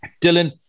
Dylan